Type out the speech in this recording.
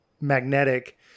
magnetic